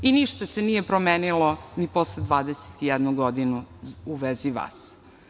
I ništa se nije promenilo ni posle 21 godinu u vezi vas.